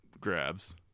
grabs